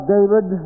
David